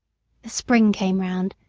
spring came round,